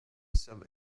some